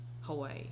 Hawaii